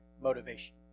motivation